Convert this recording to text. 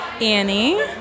Annie